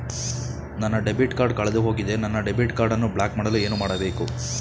ನನ್ನ debit card ಕಳೆದುಹೋಗಿದೆ ನನ್ನ ಡೆಬಿಟ್ ಕಾರ್ಡ್ ಅನ್ನು ಬ್ಲಾಕ್ ಮಾಡಲು ಏನು ಮಾಡಬೇಕು?